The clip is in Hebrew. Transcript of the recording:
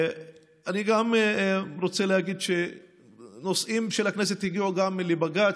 אני רוצה להגיד שנושאים של הכנסת הגיעו גם לבג"ץ,